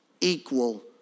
equal